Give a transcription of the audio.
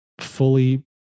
fully